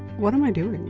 what am i doing?